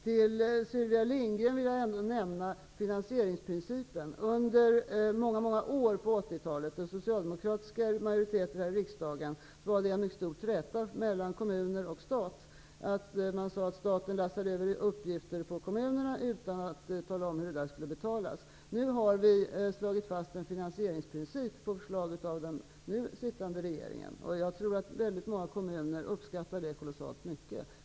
För Sylvia Lindgren vill jag nämna finansieringsprincipen. Under många år på 80 talet, då vi hade socialdemokratiska majoriteter här i riksdagen, låg kommuner och stat i träta. Man sade att staten lassade över uppgifter på kommunerna utan att tala om hur de skulle betalas. Nu har, på förslag av den nu sittande regeringen, en finansieringsprincip slagits fast. Jag tror att många kommuner uppskattar detta mycket.